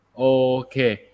okay